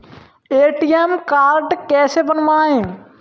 ATM card कैसे बनवाएँ?